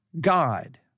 God